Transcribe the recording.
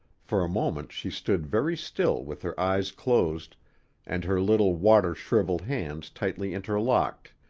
for a moment she stood very still with her eyes closed and her little water-shriveled hands tightly interlocked,